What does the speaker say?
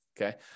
okay